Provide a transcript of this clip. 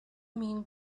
mean